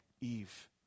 Eve